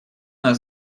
нас